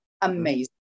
amazing